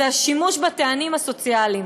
זה השימוש בטעמים הסוציאליים.